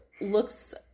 looks